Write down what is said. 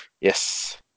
Yes